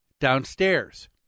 downstairs